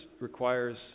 requires